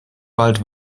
bald